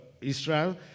Israel